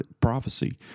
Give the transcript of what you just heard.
prophecy